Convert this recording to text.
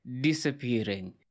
disappearing